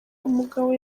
umugabo